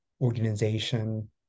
organization